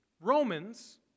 Romans